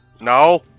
No